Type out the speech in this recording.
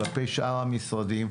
כלפי שאר המשרדים,